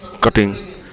cutting